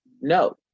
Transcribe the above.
No